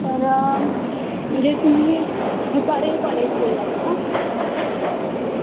तर म्हणजे तुम्ही रुपारेल कॉलेज बोललात ना